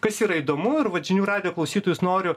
kas yra įdomu ir vat žinių radijo klausytojus noriu